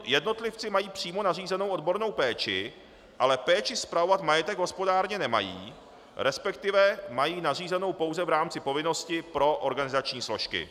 Jednotlivci mají přímo nařízenou odbornou péči, ale péči spravovat majetek hospodárně nemají, resp. mají nařízenou pouze v rámci povinnosti pro organizační složky.